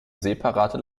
separate